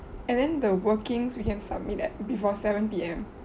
and then the workings we can submit at before seven P_M